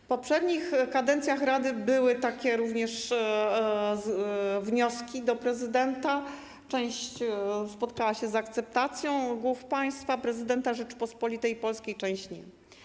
W poprzednich kadencjach rady również były takie wnioski do prezydenta, część spotkała się z akceptacją głowy państwa, prezydenta Rzeczypospolitej Polskiej, część nie.